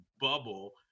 bubble